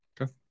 Okay